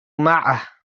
معه